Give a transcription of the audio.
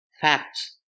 facts